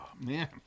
man